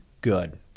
good